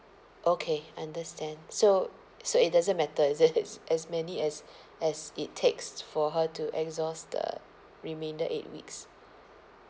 okay understand so so it doesn't matter is it as as many as as it takes for her to exhaust the remainder eight weeks